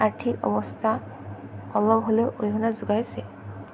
আৰ্থিক অৱস্থা অলপ হ'লেও অৰিহণা যোগাইছে